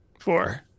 Four